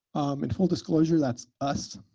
in full disclosure, that's us.